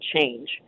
change